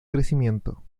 crecimiento